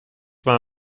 war